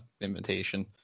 invitation